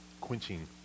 quenching